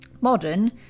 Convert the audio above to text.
modern